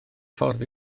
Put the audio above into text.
ffordd